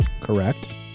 Correct